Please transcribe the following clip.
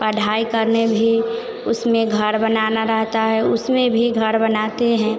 पढ़ाई करने भी उसमें घर बनाना रहता है उसमें भी घर बनाते हैं